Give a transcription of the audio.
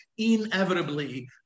inevitably